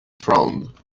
frowned